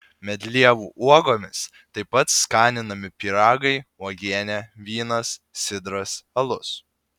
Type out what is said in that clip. medlievų uogomis taip pat skaninami pyragai uogienė vynas sidras alus